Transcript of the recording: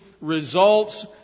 results